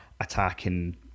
attacking